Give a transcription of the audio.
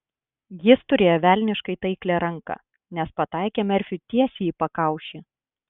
jis turėjo velniškai taiklią ranką nes pataikė merfiui tiesiai į pakaušį